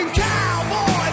cowboy